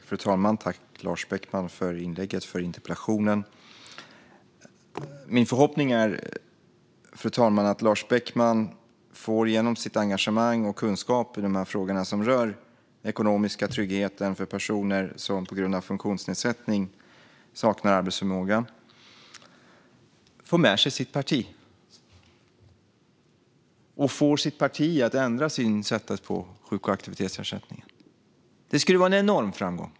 Fru talman! Tack, Lars Beckman, för inlägget och interpellationen! Min förhoppning är, fru talman, att Lars Beckman genom sitt engagemang och sin kunskap i de frågor som rör den ekonomiska tryggheten för personer som på grund av funktionsnedsättning saknar arbetsförmåga får med sig sitt parti och får sitt parti att ändra synsättet på sjuk och aktivitetsersättningen. Det skulle vara en enorm framgång.